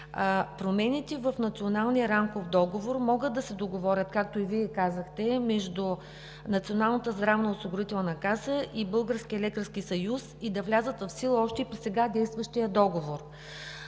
Промените в Националния рамков договор могат да се договорят, както и Вие казахте, между Националната здравноосигурителна каса и Българския лекарски съюз и да влязат в сила още при сега действащия договор.